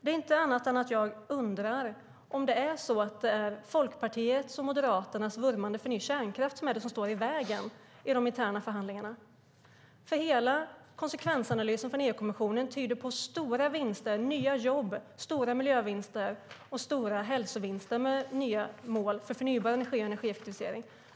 Det är inte annat än att jag undrar om det är Folkpartiets och Moderaternas vurmande för ny kärnkraft som är det som står i vägen i de interna förhandlingarna. Hela konsekvensanalysen från EU-kommissionen tyder på stora vinster, nya jobb, stora miljövinster och hälsovinster med nya mål för förnybar energi och energieffektivisering.